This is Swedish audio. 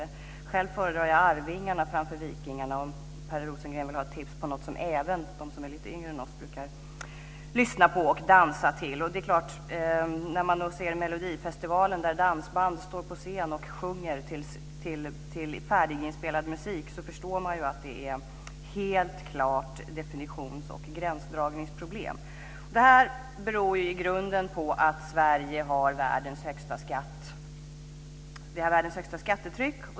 Jag kan berätta att jag själv föredrar Arvingarna framför Vikingarna om Per Rosengren vill ha tips på något som även de som är lite yngre än oss brukar lyssna på och dansa till. När man ser melodifestivalen, där dansband står på scen och sjunger till färdiginspelad musik, förstår man ju att det helt klart är definitions och gränsdragningsproblem. Det här beror i grunden på att Sverige har världens högsta skattetryck.